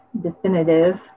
definitive